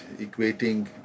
equating